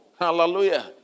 Hallelujah